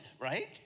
right